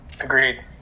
Agreed